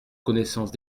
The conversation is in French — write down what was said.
connaissance